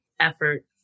effort